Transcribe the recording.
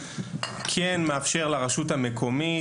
כן מאפשר לרשות המקומית,